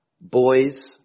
boys